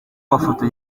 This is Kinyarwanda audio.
mafoto